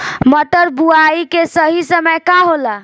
मटर बुआई के सही समय का होला?